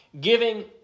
giving